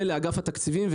לאגף התקציבים.